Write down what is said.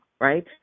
right